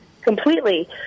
completely